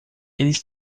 eles